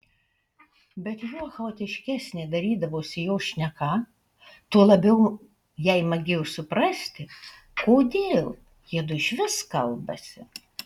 bet juo chaotiškesnė darydavosi jo šneka tuo labiau jai magėjo suprasti kodėl jiedu išvis kalbasi